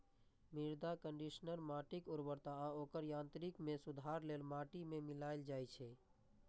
मृदा कंडीशनर माटिक उर्वरता आ ओकर यांत्रिकी मे सुधार लेल माटि मे मिलाएल जाइ छै